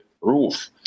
Roof